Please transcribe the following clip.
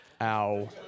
Ow